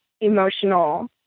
emotional